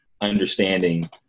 understanding